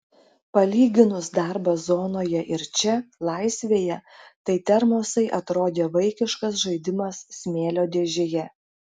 palyginus darbą zonoje ir čia laisvėje tai termosai atrodė vaikiškas žaidimas smėlio dėžėje